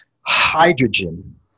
Hydrogen